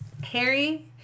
Harry